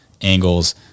angles